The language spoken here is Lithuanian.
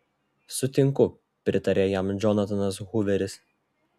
sutinku pritarė jam džonatanas huveris